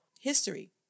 history